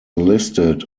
listed